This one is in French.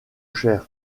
cher